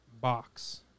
box